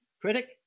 critic